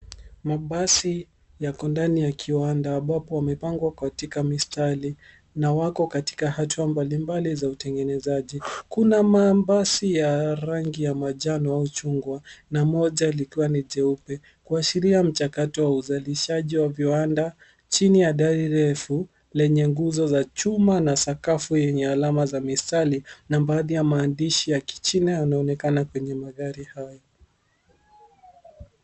Mabasi yako ndani ya kiwanda ambapo wamepangwa katika mistari na wako katika hatua mbalimbali za utengenezaji. Kuna mabasi ya rangi ya manjano au chungwa na moja likiwa ni jeupe kuashiria mchakato wa uzalishaji wa viwanda, chini ya dari refu lenye nguzo za chuma a sakafu yenye alama za mistari. Na baadhi ya maandishi ya kichina yanaonekana kwenye magari hayo.